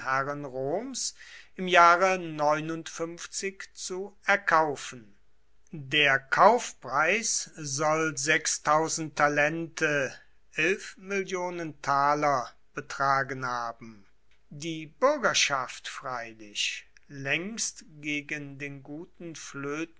roms im jahre zu erkaufen der kaufpreis soll talente betragen haben die bürgerschaft freilich längst gegen den guten